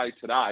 today